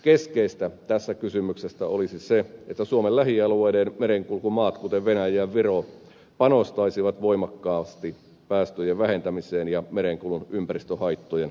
keskeistä tässä kysymyksessä olisi se että suomen lähialueiden merenkulkumaat kuten venäjä ja viro panostaisivat voimakkaasti päästöjen vähentämiseen ja merenkulun ympäristöhaittojen vähentämiseen